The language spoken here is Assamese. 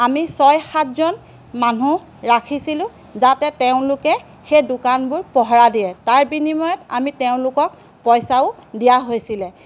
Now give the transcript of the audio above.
আমি ছয় সাতজন মানুহ ৰাখিছিলোঁ যাতে তেওঁলোকে সেই দোকানবোৰ পহৰা দিয়ে তাৰ বিনিময়ত আমি তেওঁলোকক পইচাও দিয়া হৈছিলে